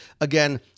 Again